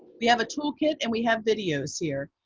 we have a toolkit, and we have videos here.